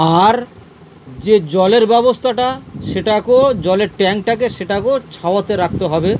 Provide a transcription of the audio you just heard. আর যে জলের ব্যবস্থাটা সেটাকেও জলের ট্যাঙ্কটাকে সেটাকেও ছায়াতে রাখতে হবে